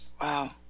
Wow